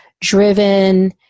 driven